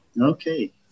Okay